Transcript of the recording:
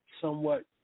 somewhat